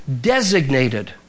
designated